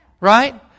Right